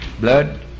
Blood